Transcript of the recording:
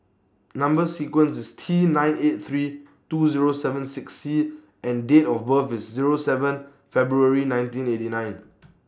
Number sequence IS T nine eight three two Zero seven six C and Date of birth IS Zero seven February nineteen eighty nine